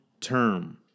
term